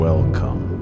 Welcome